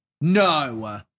No